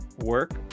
work